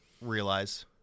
realize